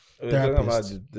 Therapist